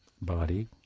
body